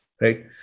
right